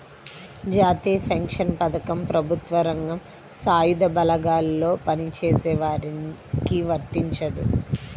జాతీయ పెన్షన్ పథకం ప్రభుత్వ రంగం, సాయుధ బలగాల్లో పనిచేసే వారికి వర్తించదు